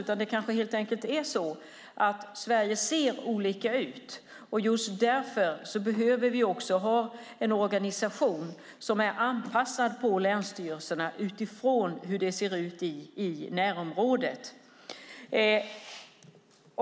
Det ser olika ut i olika delar av Sverige, och just därför behöver vi en organisation på länsstyrelserna som är anpassad utifrån hur det ser ut i närområdet.